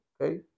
okay